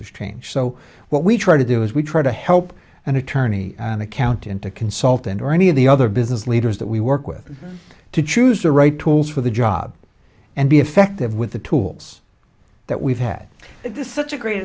are changed so what we try to do is we try to help an attorney an accountant a consultant or any of the other business leaders that we work with to choose the right tools for the job and be effective with the tools that we've had this such a great